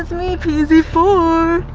me p z four!